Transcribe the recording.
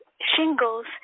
shingles